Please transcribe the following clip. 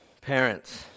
Parents